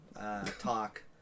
talk